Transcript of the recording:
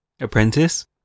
Apprentice